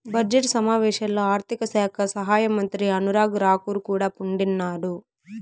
budget సమావేశాల్లో ఆర్థిక శాఖ సహాయమంత్రి అనురాగ్ రాకూర్ కూడా ఉండిన్నాడు